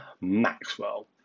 Maxwell